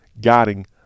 guiding